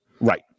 Right